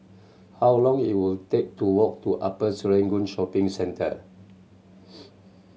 how long it will take to walk to Upper Serangoon Shopping Centre